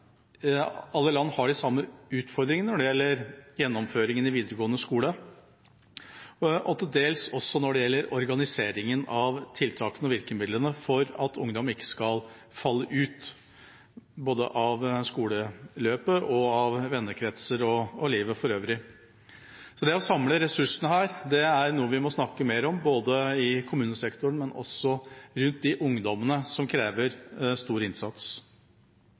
til dels også når det gjelder organiseringen av tiltakene og virkemidlene for at ungdom ikke skal falle ut – av skoleløpet, av vennekretsen og livet for øvrig. Det å samle ressursene her er noe vi må snakke mer om både i kommunesektoren og rundt de ungdommene som krever stor innsats.